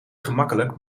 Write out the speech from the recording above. gemakkelijk